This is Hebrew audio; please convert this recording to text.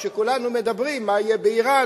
כשכולנו מדברים מה יהיה באירן,